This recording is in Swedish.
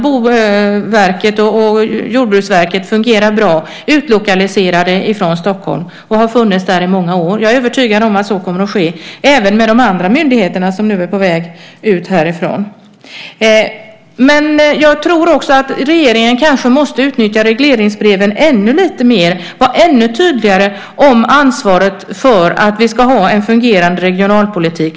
Boverket och Jordbruksverket fungerar bra utlokaliserade från Stockholm sedan flera år. Jag är övertygad om att det kommer att bli så även med de andra myndigheter som är på väg härifrån. Jag tror också att regeringen kanske måste utnyttja regleringsbreven ännu mer och vara ännu tydligare när det gäller ansvaret för att vi ska ha en fungerande regionalpolitik.